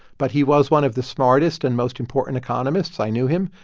but he was one of the smartest and most important economists. i knew him,